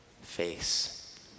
face